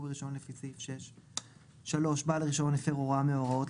ברישיון לפי סעיף 6. 3.בעל הרישיון הפר הוראה מהוראות